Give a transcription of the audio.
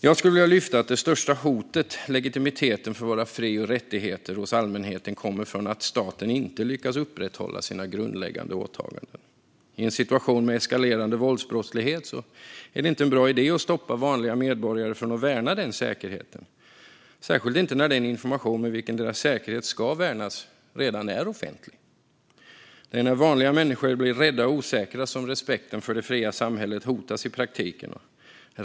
Jag skulle vilja lyfta att det största hotet mot legitimiteten för våra fri och rättigheter hos allmänheten kommer från att staten inte lyckas upprätthålla sina grundläggande åtaganden. I en situation med eskalerande våldsbrottslighet är det inte en bra idé att stoppa vanliga medborgare från att värna sin säkerhet, särskilt inte när den information med vilken deras säkerhet ska värnas redan är offentlig. Det är när vanliga människor blir rädda och osäkra som respekten för det fria samhället hotas i praktiken.